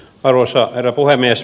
arvoisa herra puhemies